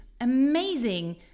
amazing